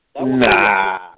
Nah